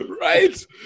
Right